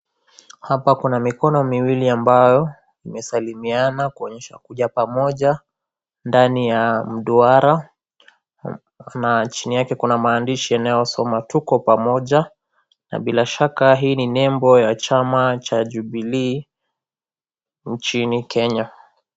Hapa kuna mikono miwili ambayo imesalimiana kuonyesha kuja pamoja ndani ya mduara na chini yake kuna maandishi yanayosoma 'Tuko Pamoja' na bila shaka hii ni nembo ya chama cha (cs)Jubilee(cs) nchini Kenya.